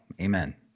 Amen